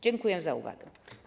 Dziękuję za uwagę.